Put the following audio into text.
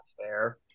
fair